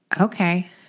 Okay